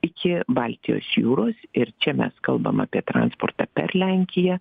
iki baltijos jūros ir čia mes kalbam apie transportą per lenkiją